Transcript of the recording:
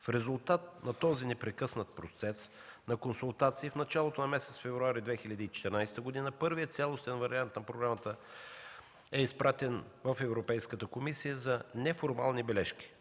В резултат на този непрекъснат процес на консултации в началото на месец февруари 2014 г. първият цялостен вариант на програмата е изпратен в Европейската комисия за неформални бележки.